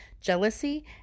jealousy